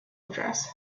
address